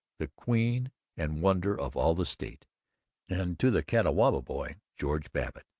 the queen and wonder of all the state and, to the catawba boy, george babbitt,